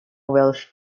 welsh